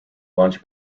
lunch